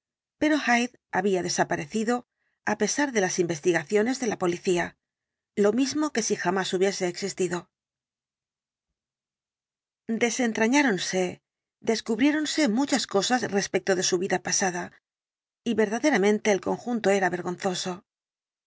pero hyde había desaparecido á pesar de las investigaciones de la policía lo mismo que si jamás hubiese existido desentrañáronse descubriéronse muchas cosas respecto de su vida pasada y verdaderamente el conjunto era vergonzoso